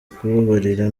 kubabarira